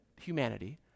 humanity